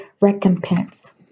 recompense